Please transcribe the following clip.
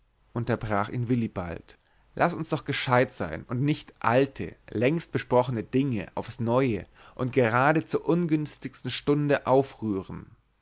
unterbrach ihn willibald laß uns doch gescheut sein und nicht alte längst besprochene dinge aufs neue und gerade zur ungünstigsten stunde aufrühren